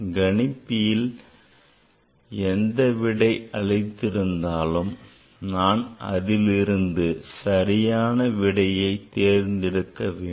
கணிப்பில் எந்த விடையை அளித்திருந்தாலும் நான் அதிலிருந்து சரியான விடையை தேர்ந்தெடுக்க வேண்டும்